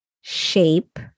shape